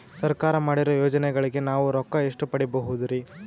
ಸರ್ಕಾರ ಮಾಡಿರೋ ಯೋಜನೆಗಳಿಗೆ ನಾವು ರೊಕ್ಕ ಎಷ್ಟು ಪಡೀಬಹುದುರಿ?